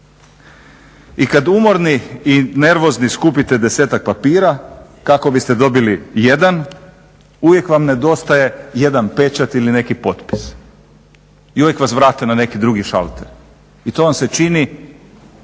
I kada umorni i nervozni skupite desetak papira kako biste dobili jedan uvijek vam nedostaje jedan pečat ili neki potpis i uvijek vas vrate na neki drugi šalter i to vam se čini